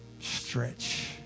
Stretch